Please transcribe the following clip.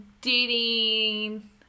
dating